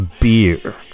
beer